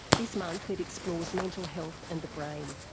this month it explores mental health and the brain.